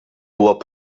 huwa